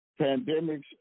pandemics